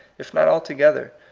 if not altogether,